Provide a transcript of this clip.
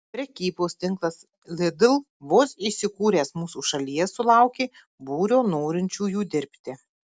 prekybos tinklas lidl vos įsikūręs mūsų šalyje sulaukė būrio norinčiųjų dirbti